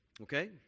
Okay